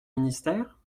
ministères